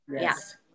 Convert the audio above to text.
Yes